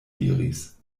diris